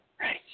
Right